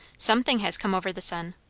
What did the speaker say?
something has come over the sun.